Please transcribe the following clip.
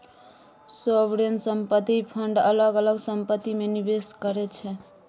sovereign संपत्ति fund अलग अलग संपत्ति मे निबेस करै छै